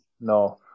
No